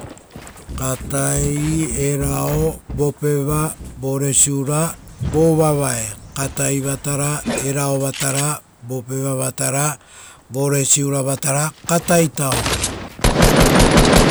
Katai, erao, vopeva, voresura, vovavae, katai vatara, era vatara, vopeva vatara, voresura vatara, katai tau.